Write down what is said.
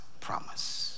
promise